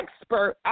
expert